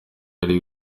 ari